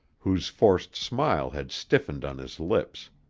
whose forced smile had stiffened on his lips.